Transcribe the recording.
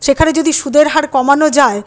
সেখানে যদি সুদের হার কমানো যায়